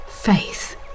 faith